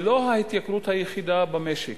היא לא ההתייקרות היחידה במשק.